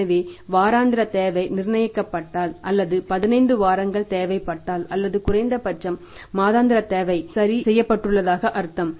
எனவே வாராந்திர தேவை நிர்ணயிக்கப்பட்டால் அல்லது பதினைந்து வாரங்கள் தேவைப்பட்டால் அல்லது குறைந்தபட்சம் மாதாந்திர தேவை சரி செய்யப்பட்டுள்ளதாக அர்த்தம்